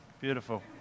Beautiful